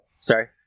Sorry